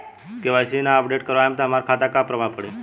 KYC ना update करवाएम त हमार खाता पर का प्रभाव पड़ी?